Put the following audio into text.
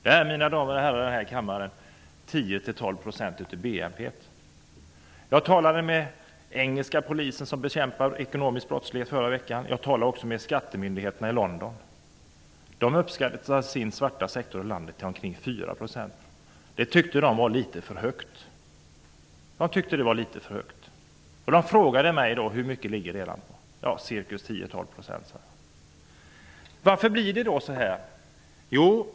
Det är, mina damer och herrar i denna kammare, 10--12 % Jag talade i förra veckan med engelska polisen som bekämpar ekonomisk brottslighet, och jag talade med skattemyndigheterna i London. Den svarta sektorn uppskattas i England till ca 4 %. Man tyckte i och för sig att det var litet för högt. Engelska polisen frågade mig om Sveriges svarta sektor. Och jag svarade att den utgjorde 10--12 %. Varför blir det då på detta sätt?